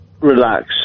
relax